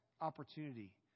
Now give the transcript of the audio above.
opportunity